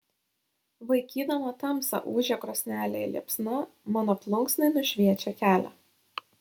vaikydama tamsą ūžia krosnelėje liepsna mano plunksnai nušviečia kelią